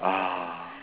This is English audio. ah